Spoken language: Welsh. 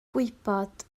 gwybod